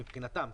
מבחינתם,